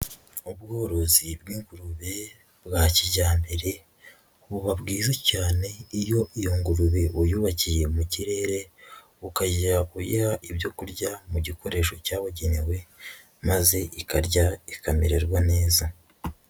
Ubworozi bw'ingurube bwa kijyambere, buba bwiza cyane iyo ngurube uyubakiye mu kirere ukajya uyiha ibyo kurya mu gikoresho cyabugenewe maze ikarya ikamererwa neza.